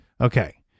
Okay